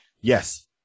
yes